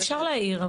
אפשר להעיר,